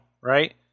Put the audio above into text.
right